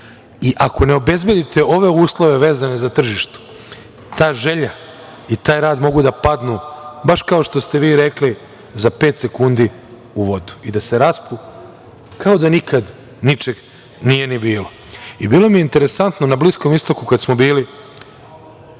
Ako ne obezbedite ove uslove vezane za tržište, ta želja i taj rad mogu da padnu, baš kao što ste vi rekli, za pet sekundi u vodu i da se raspu kao da nikad ničeg nije ni bilo. Bilo mi je interesantno na Bliskom istoku kada smo bili